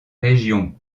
région